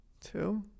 Two